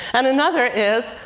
and another is,